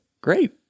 great